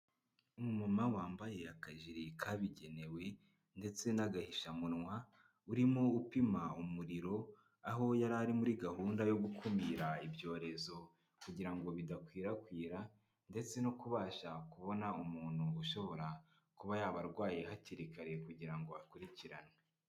Umuma wambaye akajiri kabigenewe ndetse n'agahishamunwa urimo upima umuriro, aho yari ari muri gahunda yo gukumira ibyorezo kugira ngo bidakwirakwira ndetse no kubasha kubona umuntu ushobora kuba yaba arwaye hakiri kare kugira ngo akurikiranywe.